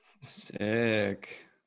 Sick